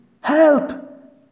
Help